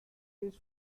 his